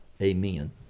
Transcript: Amen